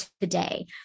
today